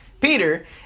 Peter